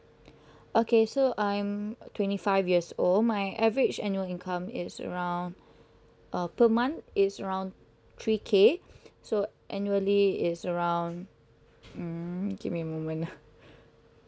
okay so I'm twenty five years old my average annual income is around uh per month it's around three K so annually it's around hmm give me a moment ah